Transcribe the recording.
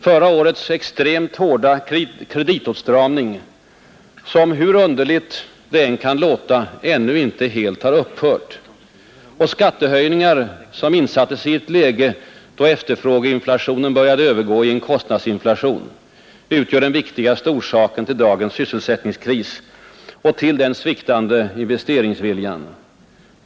Förra årets extremt hårda kreditåtstramning, som — hur underligt det än kan låta — ännu inte helt upphört, och skattehöjningar som insattes i ett läge då efterfrågeinflationen alldeles påtagligt började övergå i en kostnadsinflation, utgör den viktigaste orsaken till dagens sysselsättningskris och till den sviktande investeringsviljan.